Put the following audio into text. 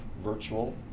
virtual